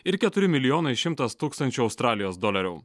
ir keturi milijonai šimtas tūkstančių australijos dolerių